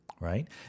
right